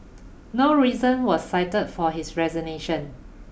no reason was cited for his resignation